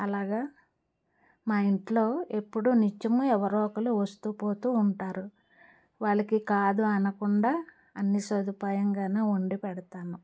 అలాగ మా ఇంట్లో ఎప్పుడూ నిత్యము ఎవరో ఒకరు వస్తూ పోతూ ఉంటారు వాళ్ళకి కాదు అనకుండా అన్నీ సదుపాయంగాను వండి పెడతాను